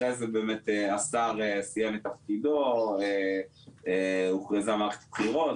אחרי זה באמת השר סיים את תפקידו והוכרזה מערכת בחירות,